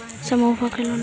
समुहवा से लोनवा लेलहो हे?